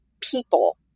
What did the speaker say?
people